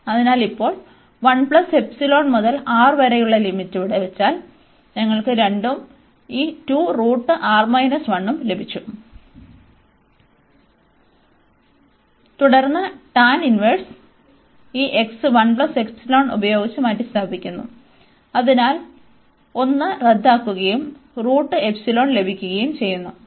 അതിനാൽ ഇപ്പോൾ മുതൽ R വരെയുള്ള ലിമിറ്റ് ഇവിടെ വച്ചാൽ ഞങ്ങൾക്ക് 2 ഉം ഈ ഉം ലഭിച്ചു തുടർന്ന് tan ഇൻവെർസ് ഈ x ഉപയോഗിച്ച് മാറ്റിസ്ഥാപിക്കുന്നു അതിനാൽ 1 റദ്ദാക്കുകയും ലഭിക്കുകയും ചെയ്യുന്നു